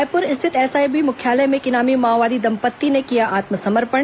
रायपुर स्थित एसआईबी मुख्यालय में एक इनामी माओवादी दंपत्ति ने किया आत्मसमर्पण